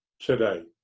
today